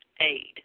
aid